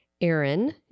Aaron